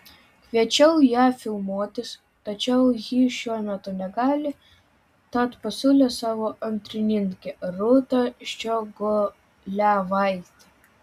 kviečiau ją filmuotis tačiau ji šiuo metu negali tad pasiūlė savo antrininkę rūtą ščiogolevaitę